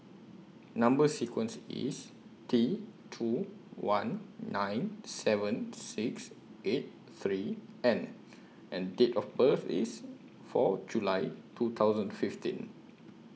Number sequence IS T two one nine seven six eight three N and Date of birth IS four July two thousand fifteen